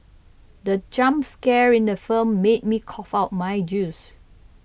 the jump scare in the film made me cough out my juice